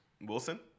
Wilson